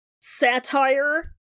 Satire